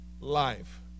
Life